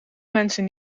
mensen